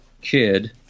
kid